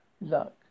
luck